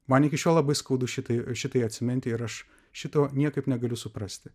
man iki šiol labai skaudu šitai šitai atsiminti ir aš šito niekaip negaliu suprasti